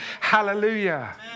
Hallelujah